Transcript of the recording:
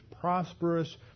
prosperous